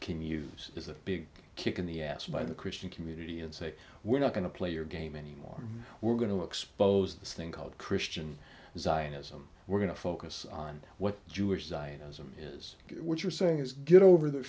can use is a big kick in the ass by the christian community and say we're not going to play your game anymore we're going to expose this thing called christian zionism we're going to focus on what jewish zionism is what you're saying is get over the